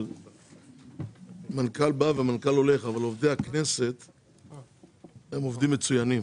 אבל מנכ"ל בא ומנכ"ל הולך אבל עובדי הכנסת הם עובדים מצוינים.